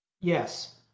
Yes